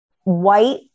white